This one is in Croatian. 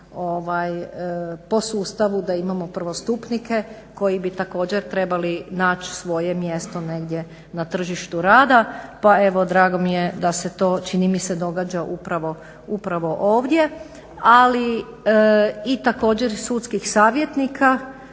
po sustavu da imamo prvostupnike koji bi također trebali naći svoje mjesto negdje na tržištu rada. Pa evo drago mi je da se to čini mi se događa upravo ovdje. Ali i također i sudskih savjetnika